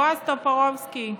בועז טופורובסקי.